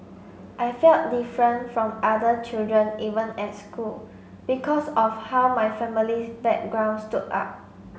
I felt different from other children even at school because of how my family's background stood out